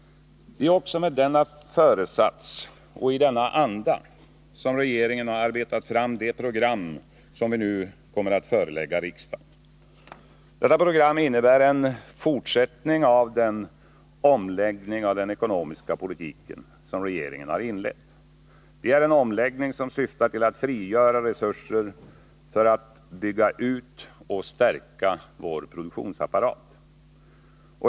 Det är också med denna föresats och i denna anda som regeringen har arbetat fram det program som vi nu kommer att förelägga riksdagen. Detta program innebär en fortsättning av den omläggning av den ekonomiska politiken som regeringen har inlett. Det är en omläggning som syftar till att frigöra resurser för att vi skall kunna bygga ut och stärka vår produktionsapparat.